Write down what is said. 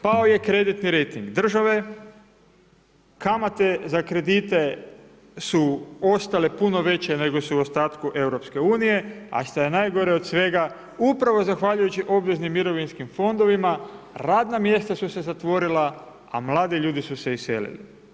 Pao je kreditni rejting države, kamate za kredite su ostale puno veće nego su u ostatku EU, a što je najgore od svega, upravo zahvaljujući obveznim mirovinskim fondovima radna mjesta su se zatvorila, a mladi ljudi su se iselili.